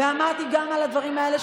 עמדתי גם על הדברים האלה,